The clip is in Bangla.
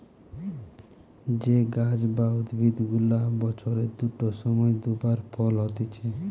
যে গাছ বা উদ্ভিদ গুলা বছরের দুটো সময় দু বার ফল হতিছে